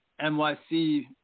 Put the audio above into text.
NYC